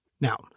Now